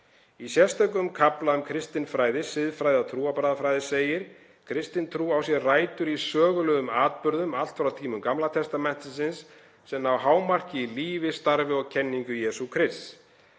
Í sérstökum kafla um kristinfræði, siðfræði og trúarbragðafræði segir: „Kristin trú á sér rætur í sögulegum atburðum, allt frá tímum Gamla testamentisins, sem ná hámarki í lífi, starfi og kenningu Jesú Krists.